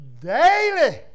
daily